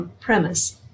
premise